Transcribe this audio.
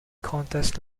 contest